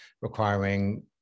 requiring